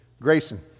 Grayson